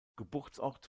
geburtsort